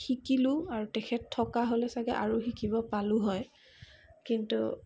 শিকিলোঁ আৰু তেখেত থকা হ'লে চাগে আৰু শিকিব পালোঁ হয় কিন্তু